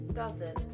dozen